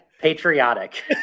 patriotic